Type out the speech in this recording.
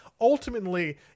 ultimately